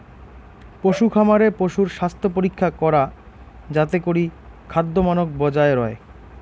পশুখামারে পশুর স্বাস্থ্যপরীক্ষা করা যাতে করি খাদ্যমানক বজায় রয়